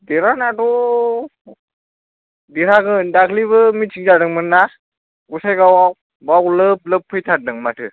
देरहानायाथ' देरहागोन दाख्लिबो मिथिं जादोंमोनना गसाइगावआव बाव लोब लोब फैथारदों माथो